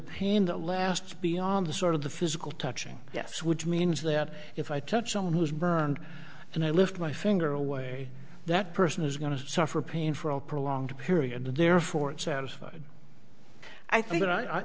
pain that lasts beyond the sort of the physical touching yes which means that if i touch someone who's burned and i lift my finger away that person is going to suffer pain for a prolonged period therefore it satisfied i think that i